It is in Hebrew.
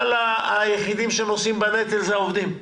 שהיחידים שנושאים בנטל הם העובדים.